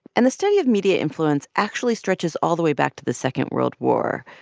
and the study of media influence actually stretches all the way back to the second world war.